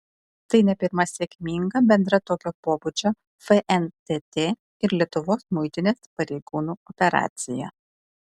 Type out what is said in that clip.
tai ne pirma sėkminga bendra tokio pobūdžio fntt ir lietuvos muitinės pareigūnų operacija